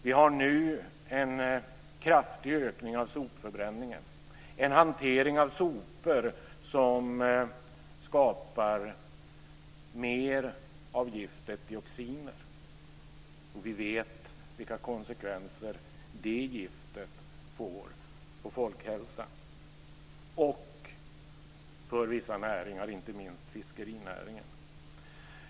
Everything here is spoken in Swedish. Vi har nu en kraftig ökning av sopförbränningen - en hantering av sopor som skapar mer av giftet dioxin. Vi vet vilka konsekvenser det giftet får på folkhälsan och för vissa näringar, inte minst fiskerinäringen.